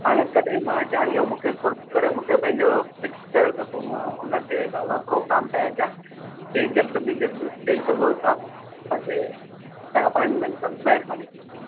हाणे कॾहिं मां अचा इहो मूंखे कुर्ब करे मूंखे पंहिंजो फ़िक्स कयो त मां उन ते हिसाब सां प्रोग्राम ठाहे अचा की जल्द में जल्द ॾई सघो तव्हां असांखे त अपॉइंटमेंट त महिरबानी थींदी